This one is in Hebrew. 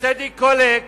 טדי קולק